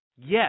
Yes